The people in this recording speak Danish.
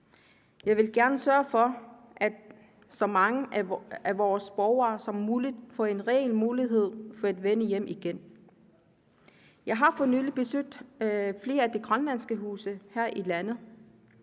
Jeg vil gerne sørge for, at så mange af vores borgere som muligt får en reel mulighed for at vende hjem igen. Jeg har for nylig besøgt flere af de grønlandske huse her i landet.